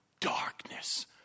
Darkness